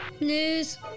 news